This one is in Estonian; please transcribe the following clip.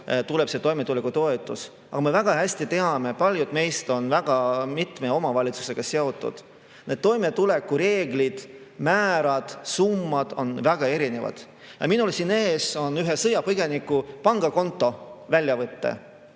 tuleb see toimetulekutoetus. Aga me väga hästi teame, sest paljud meist on väga mitme omavalitsusega seotud, et need toimetuleku[toetuse] reeglid, määrad ja summad on väga erinevad. Minul on ees ühe sõjapõgeniku pangakonto väljavõte,